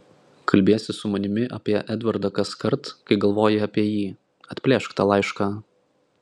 kalbiesi su manimi apie edvardą kaskart kai galvoji apie jį atplėšk tą laišką